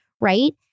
right